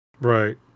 Right